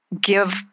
give